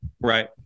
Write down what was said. Right